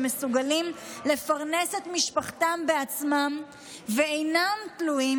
שמסוגלים לפרנס את משפחתם בעצמם ואינם תלויים